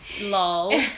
Lol